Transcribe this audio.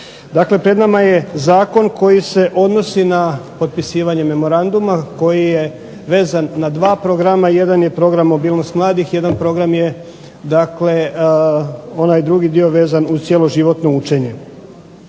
Dakle, pred nama je zakon koji se odnosi na potpisivanje memoranduma koji je vezan na dva programa, jedan je program mobilnost mladih, jedan program je dakle onaj drugi vezan uz cjeloživotno učenje.